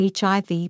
HIV